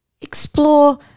explore